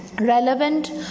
relevant